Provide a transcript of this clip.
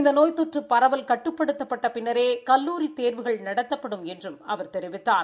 இந்த நோய் தொற்று பரவல் கட்டுப்படுத்தப்பட்ட பின்னரே கல்லூரி தேர்வுகள் நடத்தப்படும் என்றும் அவர் தெரிவித்தார்